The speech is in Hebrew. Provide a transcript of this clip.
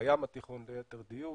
בים התיכון ליתר דיוק,